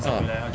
orh